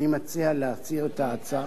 אני מציע להסיר את ההצעה,